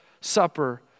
Supper